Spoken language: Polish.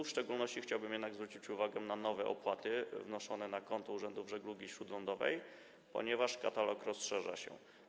W szczególności chciałbym jednak zwrócić uwagę na nowe opłaty wnoszone na konto urzędów żeglugi śródlądowej, ponieważ ich katalog rozszerza się.